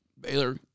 Baylor